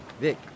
Vic